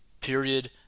period